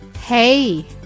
Hey